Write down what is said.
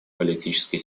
политической